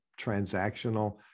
transactional